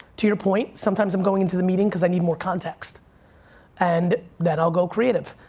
to your point, sometimes i'm going into the meeting because i need more context and then i'll go creative.